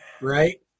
Right